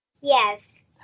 Yes